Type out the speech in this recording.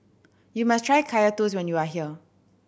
you must try Kaya Toast when you are here